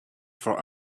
for